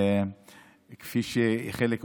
כפי שחלק אומרים,